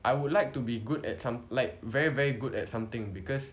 I would like to be good at some like very very good at something because